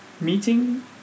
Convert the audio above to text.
Meeting